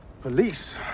Police